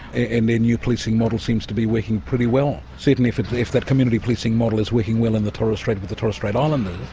and their new policing model seems to be working pretty well. certainly if if that community policing model is working well in the torres strait with the torres strait islanders,